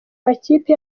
makipe